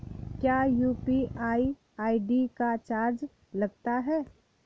क्या UPI ID का charge लगता है?